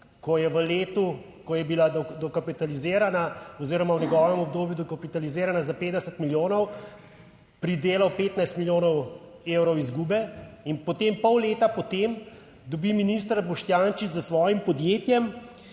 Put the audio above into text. ko je v letu, ko je bila dokapitalizirana oziroma v njegovem obdobju dokapitalizirana za 50 milijonov, pridelal 15 milijonov evrov izgube in potem pol leta po tem dobi minister Boštjančič s svojim podjetjem,